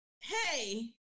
hey